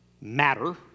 matter